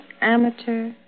amateur